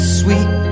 sweet